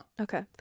Okay